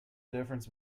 difference